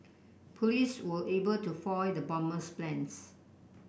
police were able to foil the bomber's plans